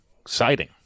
Exciting